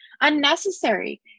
unnecessary